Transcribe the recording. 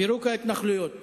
פירוק ההתנחלויות.